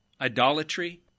idolatry